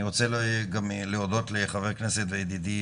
אני רוצה גם להודות לחבר הכנסת וידידי